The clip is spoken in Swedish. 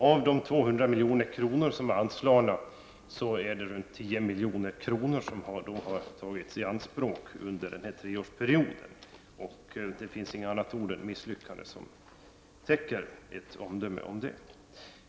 Av de 200 milj.kr. som anslogs har runt 10 milj.kr. tagits i anspråk under denna treårsperiod, och det finns inget annat ord än misslyckande som täcker omdömet om det.